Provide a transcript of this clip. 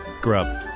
grub